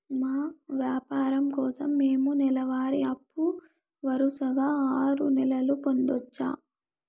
మా వ్యాపారం కోసం మేము నెల వారి అప్పు వరుసగా ఆరు నెలలు పొందొచ్చా?